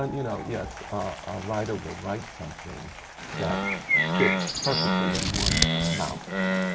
and you know yes, a writer will write something that fits perfectly in one mouth.